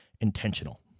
intentional